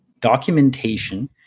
documentation